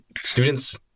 students